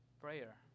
prayer